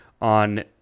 on